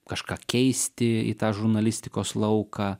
kažką keisti į tą žurnalistikos lauką